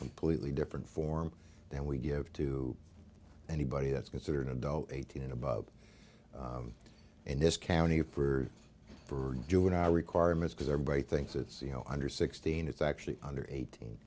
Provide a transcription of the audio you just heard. completely different form than we give to anybody that's considered adult eighteen and above in this county for for doing our requirements because everybody thinks it's you know under sixteen it's actually under eighteen